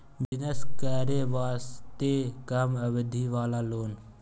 Business करे वास्ते कम अवधि वाला लोन?